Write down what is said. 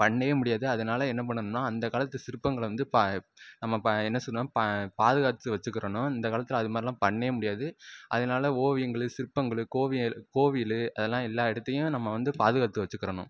பண்ணவே முடியாது அதனால் என்ன பண்ணணும்னா அந்தக்காலத்து சிற்பங்களை வந்து ப நம்ம என்ன சொல்லுவோம் ப பாதுகாத்து வச்சுக்கறணும் இந்தக்காலத்தில் அதுமாதிரில்லாம் பண்ணவே முடியாது அதனால ஓவியங்களும் சிற்பங்களும் கோவி கோவில் அதெல்லாம் எல்லா இடத்தையும் நம்ம வந்து பாதுகாத்து வச்சுக்கறணும்